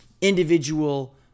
individual